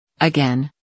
again